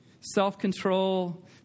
self-control